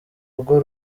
rugo